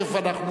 תיכף אנחנו,